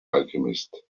alchemist